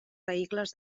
vehicles